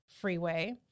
freeway